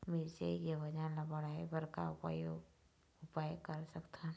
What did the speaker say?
मिरचई के वजन ला बढ़ाएं बर का उपाय कर सकथन?